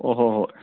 ꯑꯣ ꯍꯣꯏ ꯍꯣꯏ